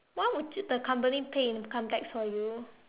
what would you the company pay income tax for you